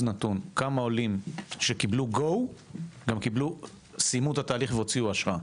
נתון: כמה עולים שקיבלו GO וגם סיימו את התהליך וקיבלו אשרה.